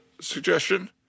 suggestion